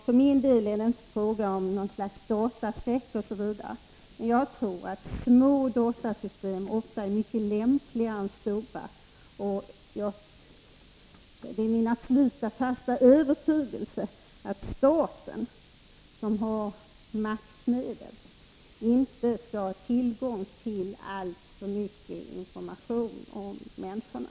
För min del handlar det inte om något slags dataskräck. Små datasystem är ofta mycket lämpligare än stora. Det är min fasta övertygelse att staten som har betydande maktmedel inte skall ha tillgång till alltför mycket information om människorna.